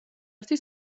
ერთი